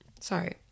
Sorry